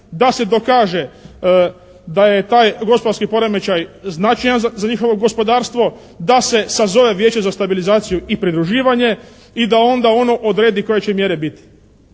da se dokaže da je taj gospodarski poremećaj značajan za njihovo gospodarstvo, da se sazove Vijeće za stabilizaciju i pridruživanje i da onda ono odredi koje će mjere biti.